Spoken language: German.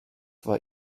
war